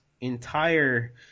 entire